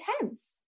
intense